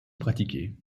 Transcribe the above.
pratiquée